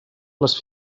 les